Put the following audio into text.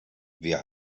wer